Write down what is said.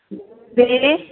बिजली